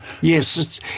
Yes